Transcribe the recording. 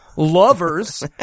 Lovers